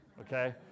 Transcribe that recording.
okay